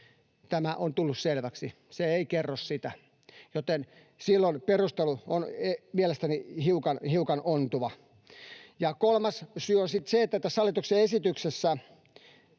Tämä on tullut selväksi, että se ei kerro sitä, joten silloin perustelu on mielestäni hiukan ontuva. Kolmas syy on sitten se, että tässä hallituksen esityksessä